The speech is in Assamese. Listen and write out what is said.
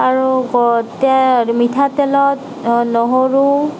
আৰু মিঠাতেলত নহৰু